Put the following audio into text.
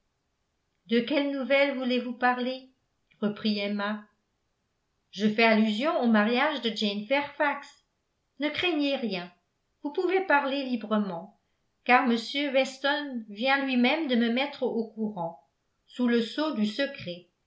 de quelle nouvelle voulez-vous parler reprit emma je fais allusion au mariage de jane fairfax ne craignez rien vous pouvez parler librement car m weston vient lui-même de me mettre au courant sous le sceau du secret